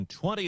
20